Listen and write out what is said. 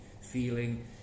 feeling